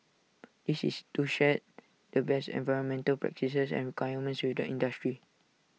this is to share the best environmental practices and requirements with the industry